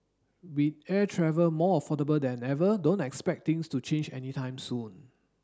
with air travel more affordable than ever don't expect things to change any time soon